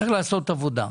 צריך לעשות עבודה,